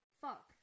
Fuck